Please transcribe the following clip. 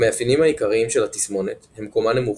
המאפיינים העיקריים של התסמונת הם קומה נמוכה,